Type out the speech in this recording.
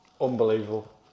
unbelievable